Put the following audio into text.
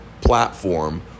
platform